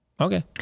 Okay